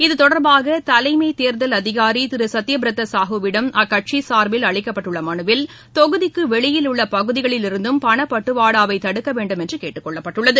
இதுதொடர்பாக தலைமைத் தேர்தல் அதிகாரி திரு சத்யபிரதா சாஹூவிடம் அக்கட்சி சார்பில் அளிக்கப்பட்டுள்ள மனுவில் தொகுதிக்கு வெளியில் உள்ள பகுதிகளில் இருந்தும் பணப்பட்டுவாடாவை தடுக்க வேண்டும் என்று கேட்டுக் கொள்ளப்பட்டுள்ளது